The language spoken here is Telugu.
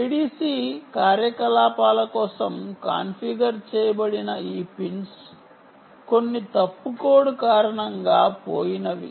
ADC కార్యకలాపాల కోసం కాన్ఫిగర్ చేయబడిన ఈ పిన్స్ కొన్ని తప్పు కోడ్ కారణంగా పోయినవి